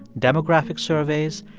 demographic surveys,